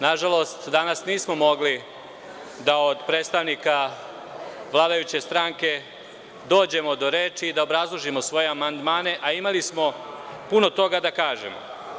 Nažalost, danas nismo mogli da od predstavnika vladajuće stranke dođemo do reči i da obrazložimo svoje amandmane, a imali smo puno toga da kažemo.